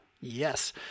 Yes